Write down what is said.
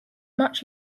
much